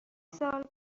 سال